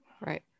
Right